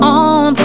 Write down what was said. on